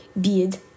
Beard